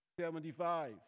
75